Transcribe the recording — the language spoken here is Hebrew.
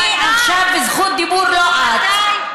אני עכשיו בזכות דיבור, לא את, מתי?